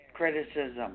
Criticism